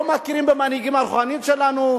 לא מכירים במנהיגות הרוחנית שלנו,